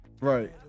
Right